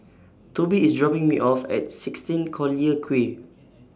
Tobi IS dropping Me off At sixteen Collyer Quay